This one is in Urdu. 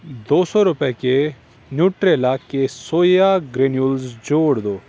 دو سو روپے کے نیوٹریلا کے سویا گرینوز جوڑ دو